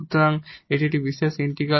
সুতরাং এটি একটি পার্টিকুলার ইন্টিগ্রাল